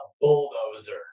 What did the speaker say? bulldozer